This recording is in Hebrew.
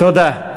תודה.